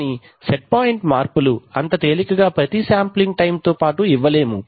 కానీ set point మార్పులు అంత తేలికగా ప్రతి శాంప్లింగ్ టైం తో పాటు ఇవ్వలేము